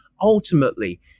ultimately